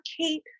Kate